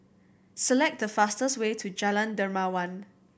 select the fastest way to Jalan Dermawan